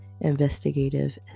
investigative